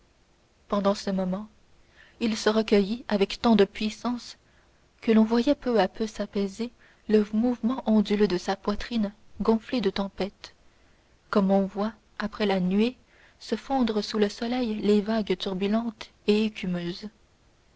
pendant ce moment il se recueillit avec tant de puissance que l'on voyait peu à peu s'apaiser le mouvement onduleux de sa poitrine gonflée de tempêtes comme on voit après la nuée se fondre sous le soleil les vagues turbulentes et écumeuses